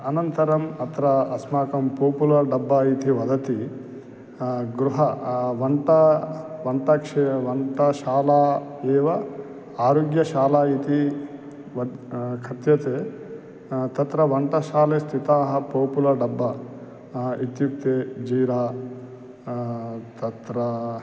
अनन्तरम् अत्र अस्माकं पूपुल डब्बा इति वदति गृह वण्टा वन्ताक्ष् वन्ताशाला एव आरोग्यशाला इति वक् कथ्यते तत्र वन्ताशाले स्थितः पोपुल डब्बा इत्युक्ते जीरा तत्र